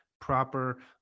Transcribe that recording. proper